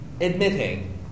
admitting